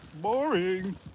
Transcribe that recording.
Boring